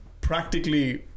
Practically